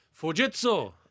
Fujitsu